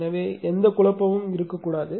எனவே எந்த குழப்பமும் இருக்கக்கூடாது